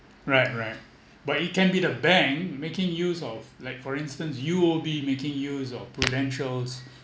right right but it can be the bank making use of like for instance U_O_B making use of prudential's